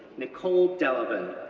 nicole delevan.